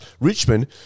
Richmond